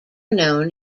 known